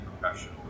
professional